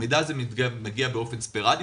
המידע הזה מגיע באופן ספורדי.